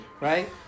Right